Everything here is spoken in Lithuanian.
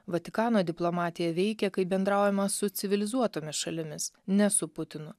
vatikano diplomatija veikia kai bendraujama su civilizuotomis šalimis ne su putinu